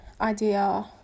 idea